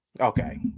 Okay